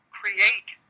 create